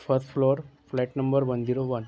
first floor flat number one zero one